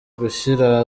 gushyira